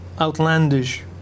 outlandish